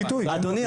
אדוני,